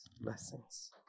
Blessings